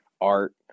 art